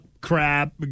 crap